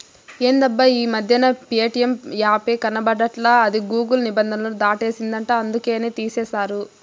ఎందబ్బా ఈ మధ్యన ప్యేటియం యాపే కనబడట్లా అది గూగుల్ నిబంధనలు దాటేసిందంట అందుకనే తీసేశారు